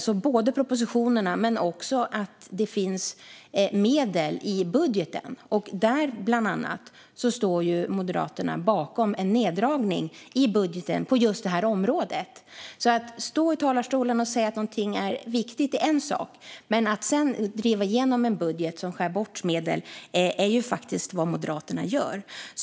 Förutom att det har lagts fram propositioner finns det medel i budgeten. Och Moderaterna står bakom en neddragning i budgeten på just detta område. Det är en sak att stå i talarstolen och säga att någonting är viktigt. Men sedan driver Moderaterna igenom en budget där medel skärs bort.